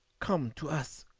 come to us.